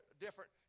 Different